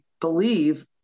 believe